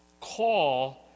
call